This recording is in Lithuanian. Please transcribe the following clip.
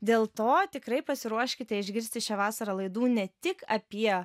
dėl to tikrai pasiruoškite išgirsti šią vasarą laidų ne tik apie